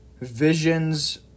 Visions